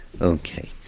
okay